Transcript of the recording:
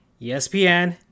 ESPN